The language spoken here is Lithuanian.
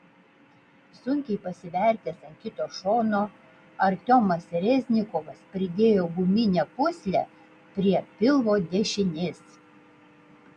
sunkiai pasivertęs ant kito šono artiomas reznikovas pridėjo guminę pūslę prie pilvo dešinės